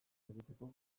egiteko